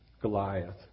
Goliath